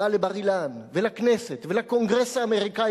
בא לבר-אילן ולכנסת ולקונגרס האמריקני